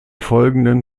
folgenden